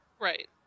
Right